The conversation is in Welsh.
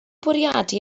bwriadu